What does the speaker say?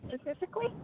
specifically